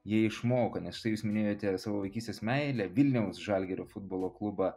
jie išmoko nes štai jūs minėjote savo vaikystės meilę vilniaus žalgirio futbolo klubą